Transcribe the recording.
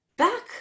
Back